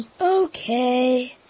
Okay